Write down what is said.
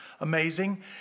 amazing